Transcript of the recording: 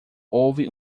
houve